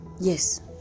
Yes